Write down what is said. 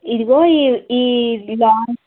ఇదిగో ఈ ఈ